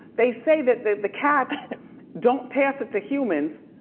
they say that the cats don't pass it to humans.